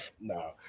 No